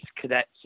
cadets